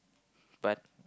but